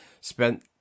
spent